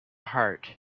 heart